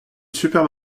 superbe